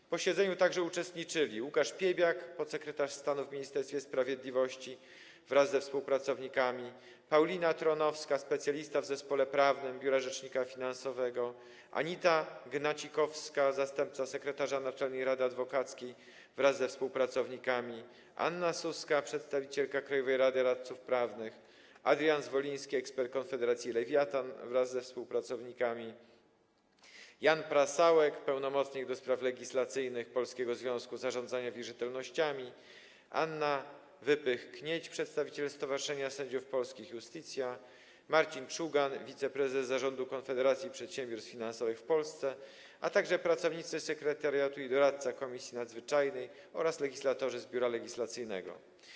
W posiedzeniu uczestniczyli także Łukasz Piebiak, podsekretarz stanu w Ministerstwie Sprawiedliwości, wraz ze współpracownikami, Paulina Tronowska, specjalista w zespole prawnym Biura Rzecznika Finansowego, Anisa Gnacikowska, zastępca sekretarza Naczelnej Rady Adwokackiej, wraz ze współpracownikami, Anna Suska, przedstawicielka Krajowej Rady Radców Prawnych, Adrian Zwoliński, ekspert konfederacji Lewiatan, wraz ze współpracownikami, Jan Prasałek, pełnomocnik do spraw legislacyjnych Polskiego Związku Zarządzania Wierzytelnościami, Anna Wypych-Knieć, przedstawicielka Stowarzyszenia Sędziów Polskich Iustitia, Marcin Czugan, wiceprezes Zarządu Konferencji Przedsiębiorstw Finansowych w Polsce, a także pracownicy sekretariatu i doradca Komisji Nadzwyczajnej oraz legislatorzy z Biura Legislacyjnego.